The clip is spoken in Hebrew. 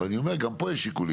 אבל אני אומר, גם פה יש שיקולים.